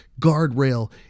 guardrail